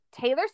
Taylor